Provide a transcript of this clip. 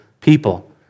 people